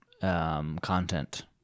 content